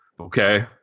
Okay